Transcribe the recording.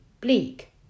bleak